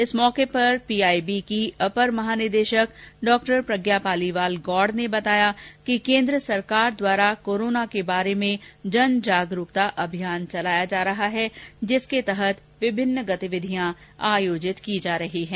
इस अवसर पर भी पीआईबी की अपर महानिदेशक डॉ प्रज्ञा पालीवाल गौड़ ने मीडियो को बताया कि केन्द्र सरकार द्वारा कोरोना के बारे में जन जागरूकता अभियान चलाया जा रहा है जिसके तहत विभिन्न गतिविधियां आयोजित की जा रही है